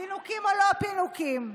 פינוקים או לא פינוקים?